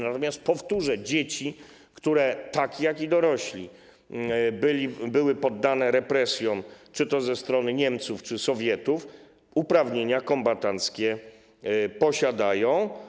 Natomiast powtórzę: dzieci, które, tak jak i dorośli, były poddane represjom czy to ze strony Niemców, czy Sowietów, uprawnienia kombatanckie posiadają.